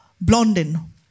Blondin